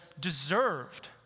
deserved